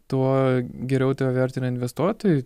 tuo geriau tave vertina investuotojai